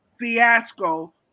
fiasco